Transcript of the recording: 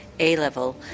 A-level